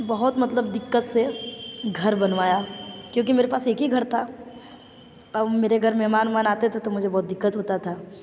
बहुत मतलब दिक्कत से घर बनवाया क्योंकि मेरे पास एक ही घर था अब मेरे घर मेहमान उहमान आते थे तो मुझे बहुत दिक्कत होती थी